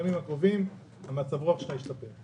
שבימים הקרובים המצב רוח שלך ישתפר.